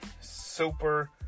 super